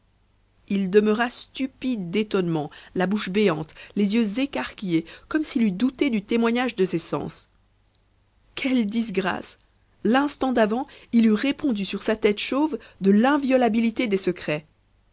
il demeura stupide d'étonnement la bouche béante les yeux écarquillés comme s'il eût douté du témoignage de ses sens quelle disgrâce l'instant d'avant il eût répondu sur sa tête chauve de l'inviolabilité des secrets